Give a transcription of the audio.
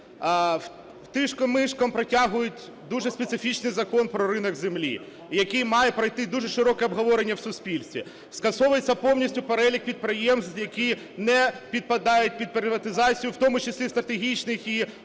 Тишком-нишком протягують дуже специфічний Закон про ринок землі, який має пройти дуже широке обговорення в суспільстві, скасовується повністю перелік підприємств, які не підпадають під приватизацію, в тому числі стратегічних і